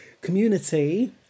community